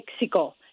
Mexico